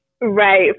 right